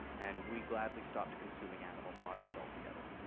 and we gladly stopped consuming animal products altogether.